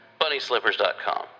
BunnySlippers.com